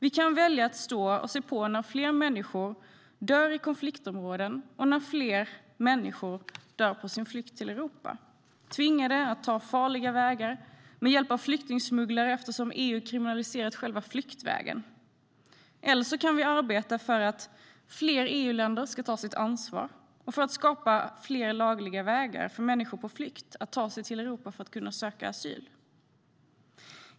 Vi kan välja att stå och se på när fler människor dör i konfliktområden och när fler människor dör på sin flykt till Europa när de är tvingade att ta farliga vägar med hjälp av flyktingsmugglare eftersom EU kriminaliserat själva flyktvägen. Eller så kan vi arbeta för att fler EU-länder ska ta sitt ansvar och för att skapa fler lagliga vägar för människor på flykt att ta sig till Europa för att kunna söka asyl.